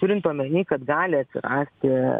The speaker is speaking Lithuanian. turint omeny kad gali atsirasti